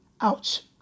Ouch